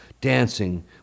dancing